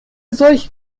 solche